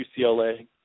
UCLA